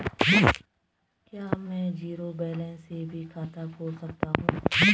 क्या में zero balance से भी खाता खोल सकता हूँ?